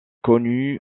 connu